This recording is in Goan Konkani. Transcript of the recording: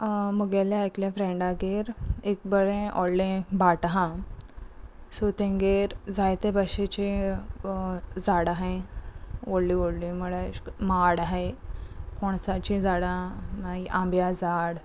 मुगेल्या आयकल्या फ्रेंडागेर एक बरें व्हडलें भाट आसा सो तेंगेर जायते भशेची झाडां आसाय व्हडली व्हडली म्हळ्यार माड आसा पोणसाची झाडां मागीर आंब्या झाड